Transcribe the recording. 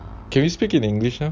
can we speak in english now